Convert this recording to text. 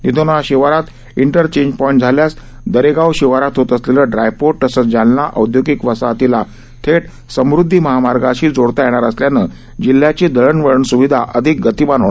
निधोना शिवारात इंटरचेंजपाईट झाल्यास दरेगाव शिवारात होत असलेलं ड्रायपोर्ट तसच जालना औद्योगिक वसाहतीला थेट समृध्दी महामार्गाशी जोडता येणार असल्यानं जिल्ह्याची दळवळण सुविधा अधिक गतिमान होणार आहे